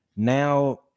Now